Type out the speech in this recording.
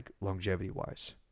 longevity-wise